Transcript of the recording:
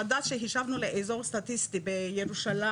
המדד שחישבנו באזור סטטיסטי בירושלים,